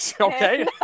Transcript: okay